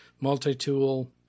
multi-tool